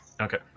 Okay